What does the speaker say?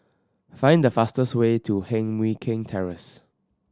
find the fastest way to Heng Mui Keng Terrace